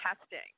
testing